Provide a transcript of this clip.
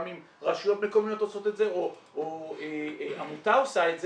גם אם רשויות מקומיות עושות את זה או עמותה עושה את זה.